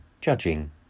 Judging